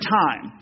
time